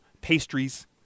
pastries